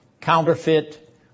counterfeit